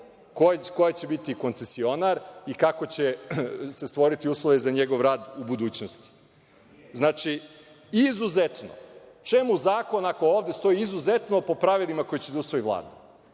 ko će biti koncesionar i kako će se stvoriti uslovi za njegov rad u budućnosti. Znači, izuzetno. Čemu zakon ako ovde stoji izuzetno, po pravilima koja će da usvoji Vlada,